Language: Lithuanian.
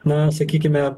na sakykime